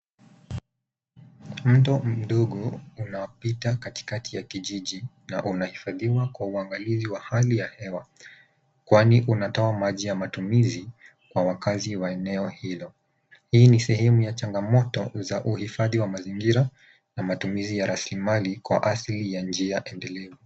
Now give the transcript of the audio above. Mto mdogo unapita katikati ya kijiji na unahifadhiwa kwa uangalizi wa hali ya hewa kwani unatoa maji ya matumizi kwa wakaazi wa eneo hilo. Hii ni sehemu ya changamoto za uhifadhi wa mazingira na matumizi ya rasilimali kwa asili ya njia endelevu.